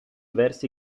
versi